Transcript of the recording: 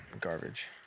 garbage